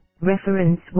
Reference